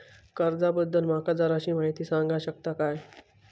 कर्जा बद्दल माका जराशी माहिती सांगा शकता काय?